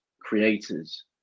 creators